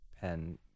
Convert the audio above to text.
pen